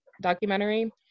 documentary